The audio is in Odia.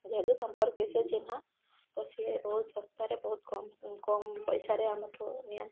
ଯେହେତୁ ସମ୍ପର୍କୀୟ ସେ ଚିହ୍ନା ତ ସେ ବହୁତ ଶସ୍ତାରେ ବହୁତ କମ୍ କମ୍ ପଇସାରେ ଆମ ଠୁ ନିଅନ୍ତି